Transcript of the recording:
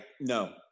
No